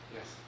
Yes